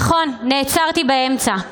נכון, נעצרתי באמצע,